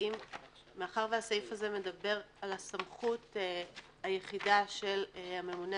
מאחר שהסעיף הזה מדבר על הסמכות היחידה של הממונה